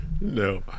No